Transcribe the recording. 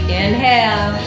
inhale